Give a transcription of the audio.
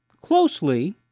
closely